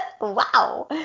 Wow